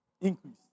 increase